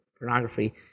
pornography